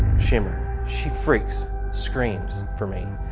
shimmer. she freaks. screams for me.